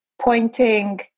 pointing